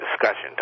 discussion